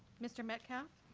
mr. metcalf?